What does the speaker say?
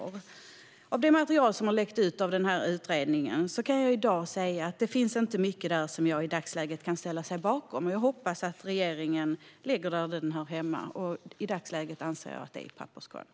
När det gäller det material som har läckt från utredningen kan jag säga att det inte finns mycket där som jag i dagsläget kan ställa mig bakom. Jag hoppas att regeringen lägger den där den hör hemma; i dagsläget anser jag att det är i papperskorgen.